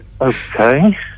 Okay